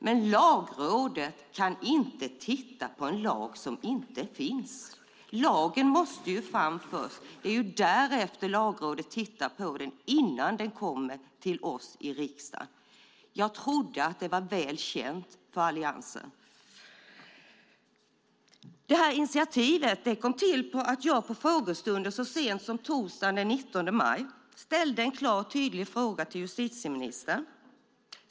Men Lagrådet kan inte titta på en lag som inte finns. Lagen måste fram först. Det är därefter Lagrådet tittar på den, innan den kommer till oss i riksdagen. Jag trodde att det var väl känt för Alliansen. Initiativet kom i och med att jag på frågestunden så sent som torsdagen den 19 maj ställde en klar och tydlig fråga till justitieministern.